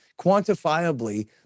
quantifiably